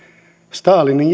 stalinin